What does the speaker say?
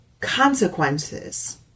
consequences